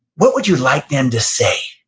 what would you like them to say,